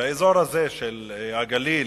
באזור הגליל,